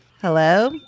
Hello